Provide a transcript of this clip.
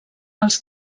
els